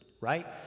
right